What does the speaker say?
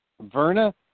Verna